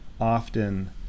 often